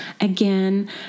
again